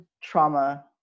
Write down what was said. trauma